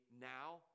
now